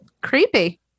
Creepy